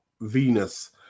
Venus